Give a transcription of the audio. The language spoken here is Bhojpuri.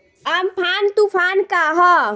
अमफान तुफान का ह?